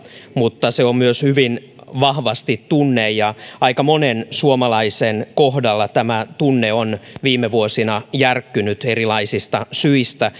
mutta se on myös hyvin vahvasti tunne ja aika monen suomalaisen kohdalla tämä tunne on viime vuosina järkkynyt erilaisista syistä